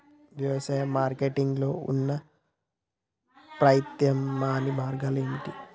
వ్యవసాయ మార్కెటింగ్ లో ఉన్న ప్రత్యామ్నాయ మార్గాలు ఏమిటి?